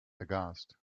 aghast